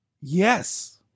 Yes